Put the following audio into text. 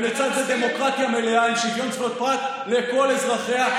ולצד זה דמוקרטיה מלאה עם שוויון זכויות פרט לכל אזרחיה,